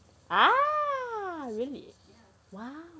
ah really !wow!